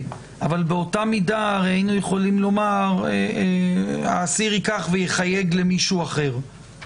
אבל באותה מידה הרי היינו יכולים לומר שהאסיר ייקח ויחייג למישהו אחר,